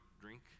drink